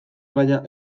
baina